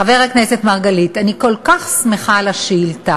חבר הכנסת מרגלית, אני כל כך שמחה על השאילתה,